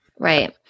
Right